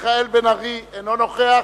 חבר הכנסת מיכאל בן-ארי, אינו נוכח.